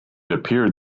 appeared